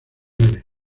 muere